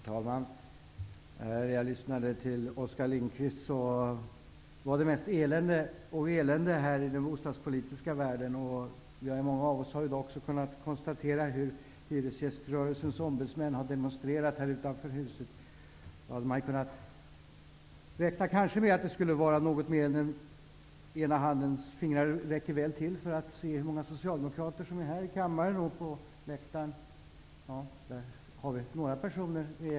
Herr talman! När jag lyssnade till Oskar Lindkvist handlade det mest om elände i den bostadspolitiska världen. Många av oss har ju i dag också kunnat konstatera att Hyresgäströrelsens ombudsmän har demonstrerat här utanför Riksdagshuset. Ena handens fingrar räcker väl till för att räkna de socialdemokrater som är här i kammaren. På läktaren finns några personer.